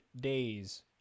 days